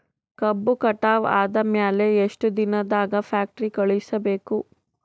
ಕಬ್ಬು ಕಟಾವ ಆದ ಮ್ಯಾಲೆ ಎಷ್ಟು ದಿನದಾಗ ಫ್ಯಾಕ್ಟರಿ ಕಳುಹಿಸಬೇಕು?